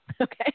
Okay